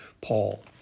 Paul